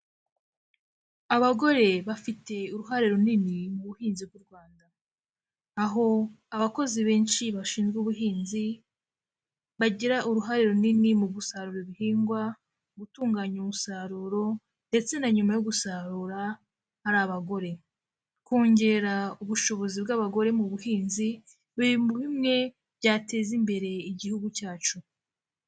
Abagore bafite uruhare runini mu buhinzi bw'u Rwanda, aho abakozi benshi bashinzwe ubuhinzi bagira uruhare runini mu gusarura ibihingwa, gutunganya umusaruro ndetse na nyuma yo gusarura ari abagore, kongerare ubushobozi bw'abagore mu buhinzi biri muri bimwe byateza imbere igihugu cyacu.